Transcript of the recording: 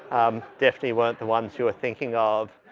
um, definitely weren't the ones who are thinking of.